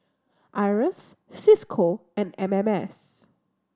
IRAS Cisco and M M S